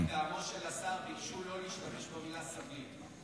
רק מטעמו של השר ביקשו לא להשתמש במילה סביר.